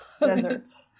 Deserts